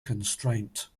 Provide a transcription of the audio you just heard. constraint